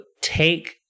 take